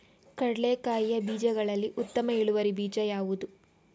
ಕಡ್ಲೆಕಾಯಿಯ ಬೀಜಗಳಲ್ಲಿ ಉತ್ತಮ ಇಳುವರಿ ಬೀಜ ಯಾವುದು?